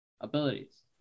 abilities